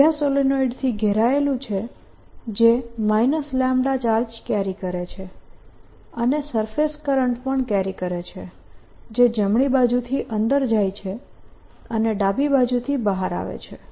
આ બીજા સોલેનોઇડથી ઘેરાયેલું છે જે ચાર્જ કેરી કરે છે અને સરફેસ કરંટ પણ કેરી કરે છે જે જમણી બાજુથી અંદર જાય છે અને ડાબી બાજુથી બહાર આવે છે